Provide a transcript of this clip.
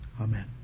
Amen